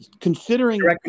Considering